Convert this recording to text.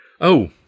Oh